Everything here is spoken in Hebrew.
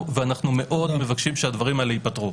ואנחנו מאוד מבקשים שהדברים האלה ייפתרו.